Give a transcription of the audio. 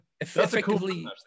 effectively